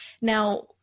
Now